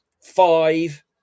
five